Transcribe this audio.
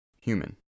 human